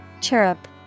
Chirp